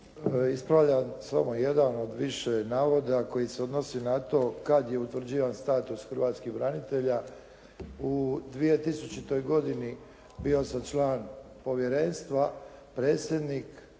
Ispravljam samo jedan od više navoda koji se odnosi na to kad je utvrđivan status hrvatskih branitelja. U 2000. godini bio sam član povjerenstva, predsjednik,